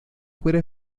fuera